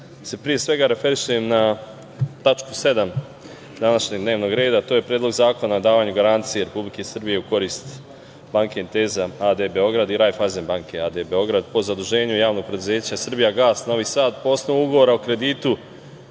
se pre svega osvrnem na tačku 7. današnjeg dnevnog reda, a to je Predlog zakona o davanju garancije Republike Srbije u korist banke "Intesa" AD Beograd i "Rajfajzen" banke AD Beograd, po zaduženju javnog preduzeća "Srbijagas" Novi Sad, po osnovu Ugovora o kreditu